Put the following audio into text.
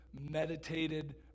meditated